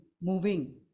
moving